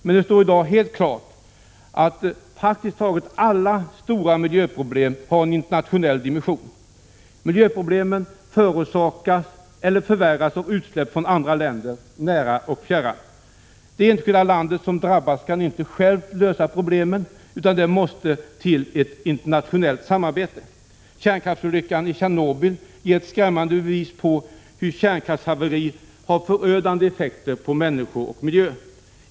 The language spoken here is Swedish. Men det står helt klart i dag att praktiskt taget alla stora miljöproblem har en internationell dimension. Miljöproblemen förorsakas eller förvärras av utsläpp i andra länder, nära och fjärran. Det enskilda landet som drabbas kan inte självt lösa problemen, utan det måste till ett internationellt samarbete. Kärnkraftsolyckan i Tjernobyl är ett skrämmande bevis på att kärnkraftshaveri har förödande effekter på människor och miljö.